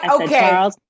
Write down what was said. okay